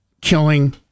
killing